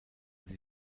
sie